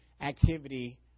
activity